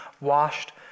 washed